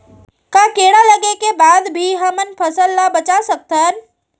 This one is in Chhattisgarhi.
का कीड़ा लगे के बाद भी हमन फसल ल बचा सकथन?